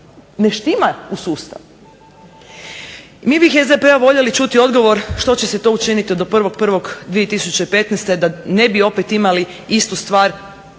ne štima u sustavu. Mi bi iz SDP-a voljeli čuti odgovor što će se to učiniti do 1.01.2015. da ne bi opet imali istu stvar